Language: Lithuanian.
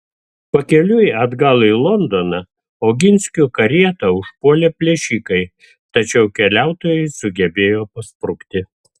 pakeliui atgal į londoną oginskių karietą užpuolė plėšikai tačiau keliautojai sugebėjo pasprukti